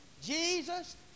Jesus